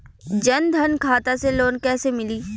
जन धन खाता से लोन कैसे मिली?